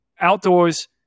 outdoors